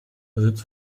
besitz